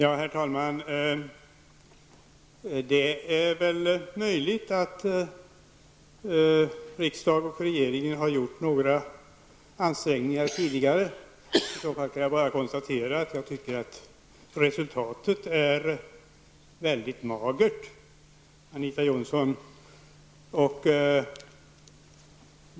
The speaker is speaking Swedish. Herr talman! Det är möjligt att riksdag och regering har gjort några ansträngningar tidigare. I så fall kan jag bara konstatera att resultatet är mycket magert, Anita Jönsson.